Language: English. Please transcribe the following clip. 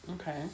Okay